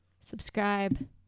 subscribe